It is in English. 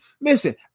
listen